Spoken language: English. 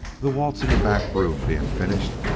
the waltz in the back room being finished,